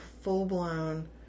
full-blown